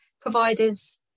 providers